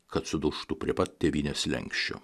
kad sudužtų prie pat tėvynės slenksčio